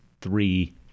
three